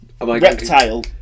Reptile